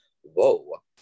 whoa